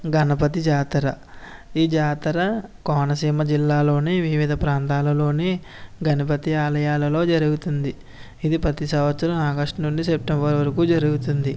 గణపతి జాతర ఈ జాతర కోనసీమ జిల్లాలోనే వివిధ ప్రాంతాలలోనే గణపతి ఆలయాలలో జరుగుతుంది ఇది ప్రతిసంవత్సరం ఆగస్టు నుండి సెప్టెంబర్ వరకు జరుగుతుంది